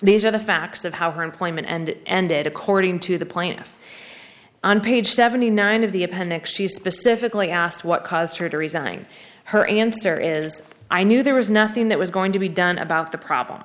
these are the facts of how her employment and ended according to the plaintiff on page seventy nine of the appendix she specifically asked what caused her to resign her answer is i knew there was nothing that was going to be done about the problem